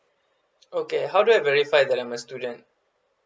okay how do I verify that I'm a student